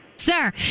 Sir